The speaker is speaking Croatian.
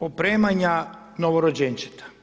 opremanja novorođenčeta.